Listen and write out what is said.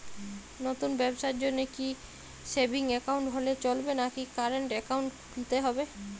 নতুন ব্যবসার জন্যে কি সেভিংস একাউন্ট হলে চলবে নাকি কারেন্ট একাউন্ট খুলতে হবে?